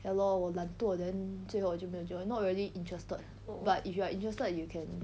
ya lor 我懒惰 then 最后我就没有 join not really interested but if you are interested you can